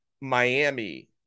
Miami